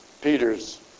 Peter's